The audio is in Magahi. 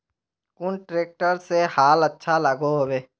कुन ट्रैक्टर से हाल अच्छा लागोहो होबे?